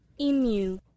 emu